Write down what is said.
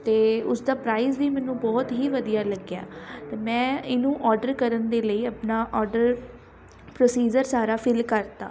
ਅਤੇ ਉਸਦਾ ਪ੍ਰਾਈਜ਼ ਵੀ ਮੈਨੂੰ ਬਹੁਤ ਹੀ ਵਧੀਆ ਲੱਗਿਆ ਮੈਂ ਇਹਨੂੰ ਔਡਰ ਕਰਨ ਦੇ ਲਈ ਆਪਣਾ ਔਡਰ ਪ੍ਰੋਸੀਜਰ ਸਾਰਾ ਫਿਲ ਕਰਤਾ